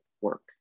work